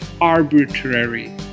arbitrary